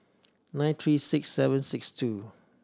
nine three six seven six two